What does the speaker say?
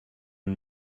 and